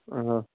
آ